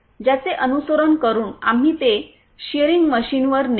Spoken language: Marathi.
ज्याचे अनुसरण करून आम्ही ते शियरिंग मशीनवर नेऊ